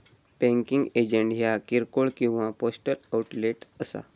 banking agent ह्या किरकोळ किंवा पोस्टल आउटलेट असा